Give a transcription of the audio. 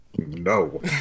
No